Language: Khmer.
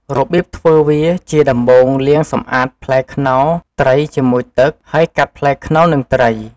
របៀបធ្វើវា ជាដំបូងលាងសម្អាតផ្លែខ្នុរ ត្រីជាមួយទឹក ហើយកាត់ផ្លែខ្នុរនិងត្រី។